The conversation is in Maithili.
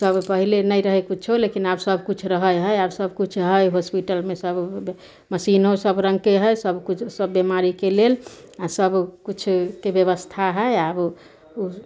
सब पहिले नहि रहय कुछो लेकिन आब सबकिछु रहय हइ आब सबकिछु हइ हॉस्पिटलमे सब मशीनो सबरङ्गके हइ सबकिछु सब बीमारीके लेल आओर सबकिछुके व्यवस्था हइ आब उ